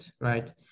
right